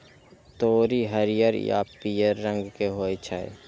तोरी हरियर आ पीयर रंग के होइ छै